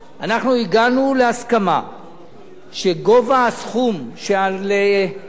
אנחנו הגענו להסכמה שגובה הסכום של תרומה